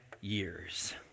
years